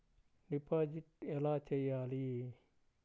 Deposit ఎలా చెయ్యాలి?